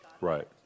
Right